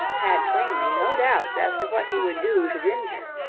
had plainly no doubts as to what he would do to ginger.